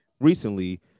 recently